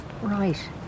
Right